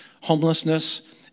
homelessness